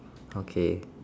okay